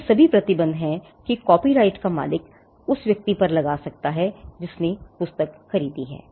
ये सभी प्रतिबंध हैं कि कॉपीराइट का मालिक उस व्यक्ति पर लगा सकता है जिसने पुस्तक खरीदी है